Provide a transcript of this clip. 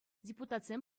депутатсем